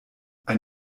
ein